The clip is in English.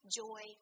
joy